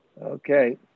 Okay